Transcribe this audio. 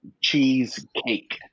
Cheesecake